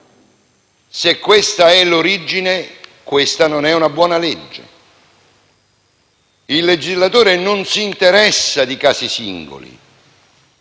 se questa è l'origine, questa non è una buona legge. Il legislatore non si interessa di casi singoli,